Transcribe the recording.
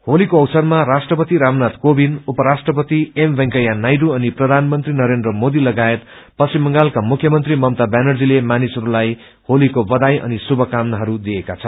होलीको अवसरमा राष्ट्रपति रामनागि क्रेविन्द उपराष्ट्रपति एम वेकैया नायहू अनि प्रषानमंत्री नरेन्द्र मोदीलगायत पश्चिम बंगालका मुख्यमंत्रीा ममता व्यानर्जीति मासिहरूलाई होलको बषाई अनि शुषक्रमनाहरू विएका छन्